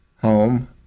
home